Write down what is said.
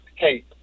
hey